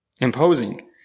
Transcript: imposing